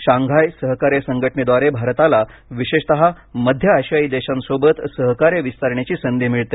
Shanghai सहकार्य संघटनेद्वारे भारताला विशेषतः मध्य आशियाई देशांसोबत सहकार्य विस्तारण्याची संधी मिळते